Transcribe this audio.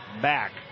back